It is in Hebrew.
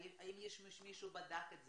האם מישהו בדק את זה?